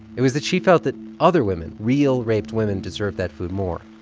it was that she felt that other women real raped women deserved that food more